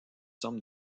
somme